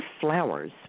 flowers